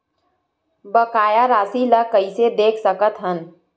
बकाया राशि ला कइसे देख सकत हान?